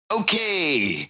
Okay